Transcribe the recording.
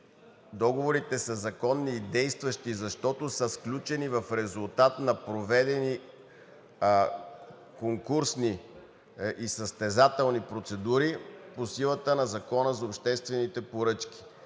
Договорите са законни и действащи, защото са сключени в резултат на проведени конкурсни и състезателни процедури по силата на Закона за обществените поръчки.